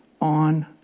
on